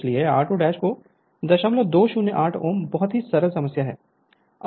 इसलिए r2 को 0208 ohm बहुत ही सरल समस्या है